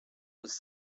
was